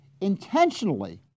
intentionally